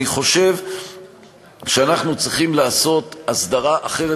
אני חושב שאנחנו צריכים לעשות הסדרה אחרת